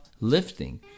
lifting